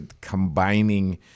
combining